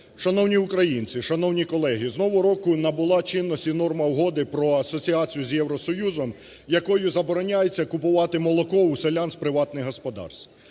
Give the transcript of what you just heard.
Шановні українці, шановні колеги, з нового року набула чинності норма Угоди про асоціацію з Євросоюзом, якою забороняється купувати молоко у селян з приватних господарств.